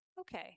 okay